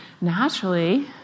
naturally